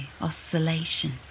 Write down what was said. oscillation